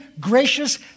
gracious